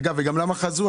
וגם למה חזרו?